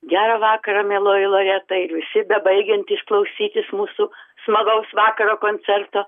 gerą vakarą mieloji loreta ir visi bebaigiantys klausytis mūsų smagaus vakaro koncerto